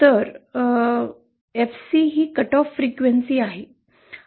तर एफसी ही cut off frequency आहे